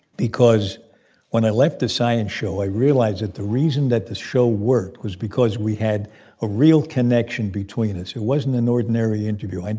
because when i left the science show, i realized that the reason that the show worked was because we had a real connection between us. it wasn't an ordinary interview. and